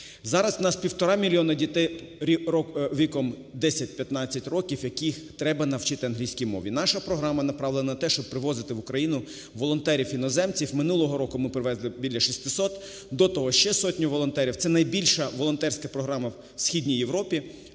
Зараз у нас півтора мільйона дітей віком 10-15 років, яких треба навчити англійській мові. Наша програма направлена на те, щоб привозити в Україну волонтерів-іноземців, минулого року ми привезли біля 600, до того ще сотню волонтерів, це найбільша волонтерська програма в Східній